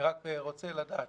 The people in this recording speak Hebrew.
אני רק רוצה לדעת,